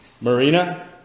marina